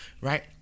Right